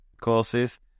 courses